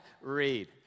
read